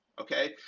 Okay